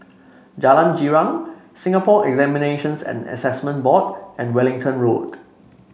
Jalan Girang Singapore Examinations and Assessment Board and Wellington Road